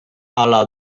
ala